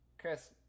Chris